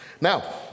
Now